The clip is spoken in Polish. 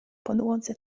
podłodze